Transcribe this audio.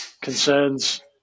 concerns